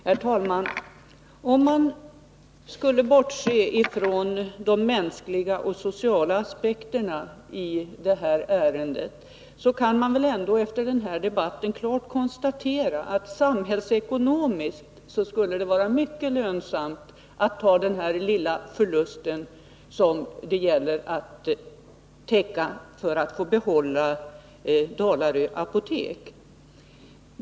Herr talman! Om man bortser från de mänskliga och sociala aspekterna i detta ärende, kan man ändå efter denna debatt klart konstatera att det samhällsekonomiskt skulle vara mycket lönsamt att täcka den lilla förlust det här gäller, för att få behålla Dalarö apotek.